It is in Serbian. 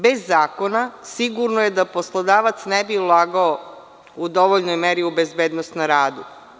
Bez zakona sigurno je da poslodavac ne bi ulagao u dovoljnoj meri u bezbednost na radu.